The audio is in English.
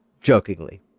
Jokingly